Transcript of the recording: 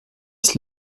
ist